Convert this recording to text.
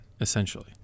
essentially